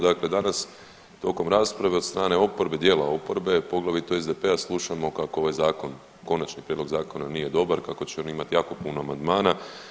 Dakle, danas tokom rasprave od strane oporbe dijela oporbe, poglavito SDP-a slušamo kako ovaj zakon, konačni prijedlog zakona nije dobar, kako će on imati jako puno amandmana.